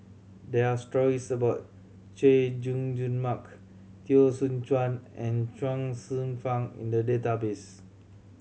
there are stories about Chay Jung Jun Mark Teo Soon Chuan and Chuang Hsueh Fang in the database